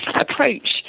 approach